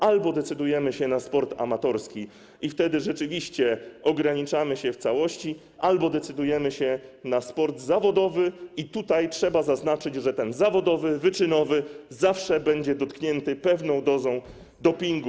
Albo decydujemy się na sport amatorski, i wtedy rzeczywiście ograniczamy się w całości, albo decydujemy się na sport zawodowy, i tutaj trzeba zaznaczyć, że ten zawodowy, wyczynowy zawsze będzie dotknięty pewną dozą dopingu.